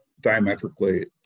diametrically